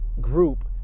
group